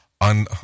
On